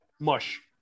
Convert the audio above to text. mush